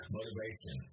Motivation